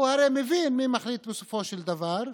הוא הרי מבין מי מחליט בסופו של דבר,